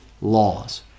laws